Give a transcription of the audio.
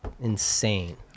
insane